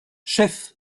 chef